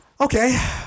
Okay